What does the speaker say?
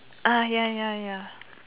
ah ya ya ya